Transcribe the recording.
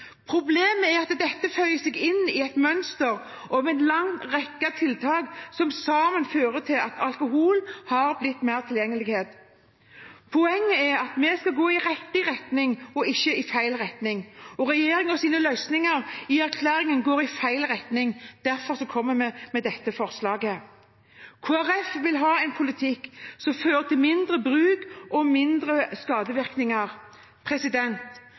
Problemet er at dette føyer seg inn i et mønster av en lang rekke tiltak som til sammen fører til at alkohol blir mer tilgjengelig. Poenget er at vi skal gå i riktig retning, ikke i feil retning, og regjeringens løsninger i erklæringen går i feil retning. Derfor kommer vi med dette forslaget. Kristelig Folkeparti vil ha en politikk som fører til mindre bruk og mindre skadevirkninger.